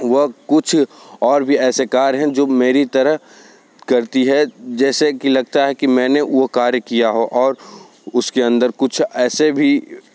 वह कुछ और भी ऐसे कार्य हैं जो मेरी तरह करती है जैसे कि लगता है कि मैंने वह कार्य किया हो और उसके अंदर कुछ ऐसे भी